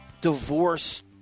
divorce